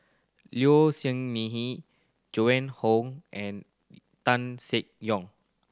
Low Siew Nghee Joan Hon and Tan Seng Yong